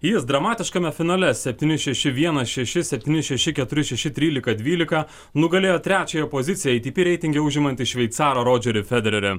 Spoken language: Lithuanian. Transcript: jis dramatiškame finale septyni šeši vienas šeši septyni šeši keturi šeši trylika dvylika nugalėjo trečiąją poziciją atp reitinge užimantį šveicarą rodžerį federerį